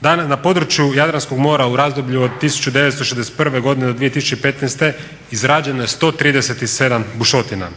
Na području Jadranskog mora u razdoblju od 1961. do 2015. izrađeno je 137 bušotina.